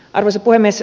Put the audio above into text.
arvoisa puhemies